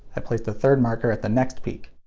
i placed a third marker at the next peak.